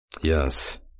yes